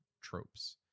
tropes